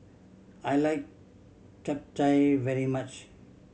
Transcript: I like Chap Chai very much